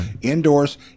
indoors